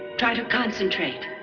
try to concentrate.